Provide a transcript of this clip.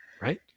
right